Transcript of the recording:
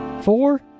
Four